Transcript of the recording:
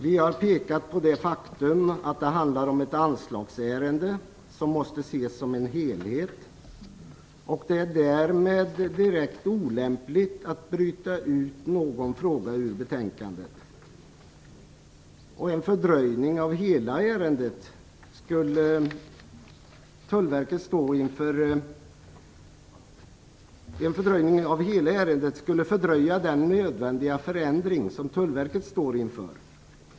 Vi har pekat på det faktum att det handlar om ett anslagsärende som måste ses som en helhet, och det är därmed direkt olämpligt att bryta ut någon fråga ur betänkandet. En fördröjning av hela ärendet skulle fördröja den nödvändiga förändring som Tullverket står inför.